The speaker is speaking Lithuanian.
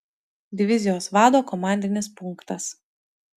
divizijos vado komandinis punktas